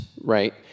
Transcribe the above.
right